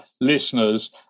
listeners